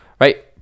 right